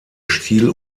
stil